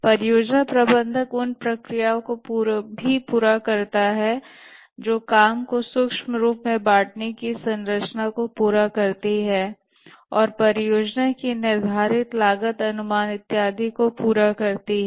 परियोजना प्रबंधक उन कार्य प्रक्रियाओं को भी पूरा करता है जो काम को सूक्ष्म रूप में बांटने की संरचना को पूरा करती है और परियोजना की निर्धारित लागत अनुमान इत्यादि को पूरा करती है